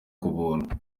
kubuntu